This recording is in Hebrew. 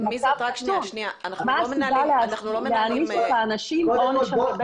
--- מה הסיבה להעניש את האנשים -- סליחה,